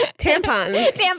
tampons